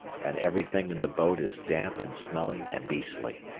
and everything in the boat is damp and smelly and beastly.